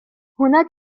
هناك